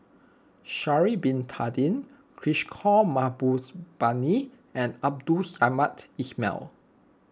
Sha'ari Bin Tadin Kishore Mahbubani and Abdul Samad Ismail